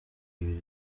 ibiri